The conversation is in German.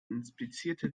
inspizierte